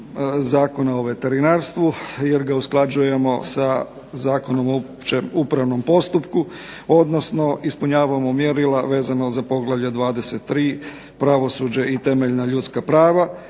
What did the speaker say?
Zakona o veterinarstvu jer ga usklađujemo sa Zakonom o općem upravnom postupku odnosno ispunjavamo mjerila vezano za poglavlje 23 – Pravosuđe i temeljna ljudska prava